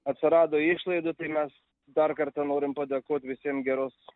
atsirado išlaidų tai mes dar kartą norim padėkot visiem geros